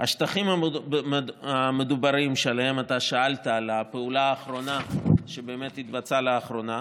השטחים המדוברים שעליהם שאלת על הפעולה שהתבצעה לאחרונה